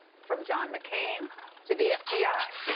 from john mccain to the fbi.